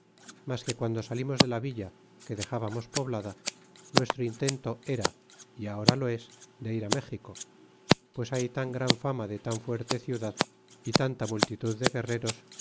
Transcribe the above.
mas que guando salimos de la villa que dexbamos poblada nuestro intento era y ahora lo es de ir méxico pues hay tan gran fama de tan fuerte ciudad y tanta multitud de guerreros